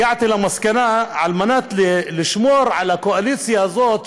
הגעתי למסקנה שעל מנת לשמור על הקואליציה הזאת,